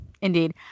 indeed